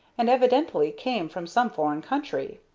and evidently came from some foreign country.